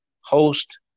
host